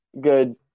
good